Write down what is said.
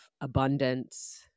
abundance